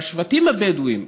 בשבטים הבדואים,